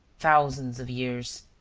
thousands of years.